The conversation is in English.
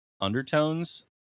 undertones